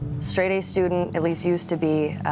straight-a student, at least used to be,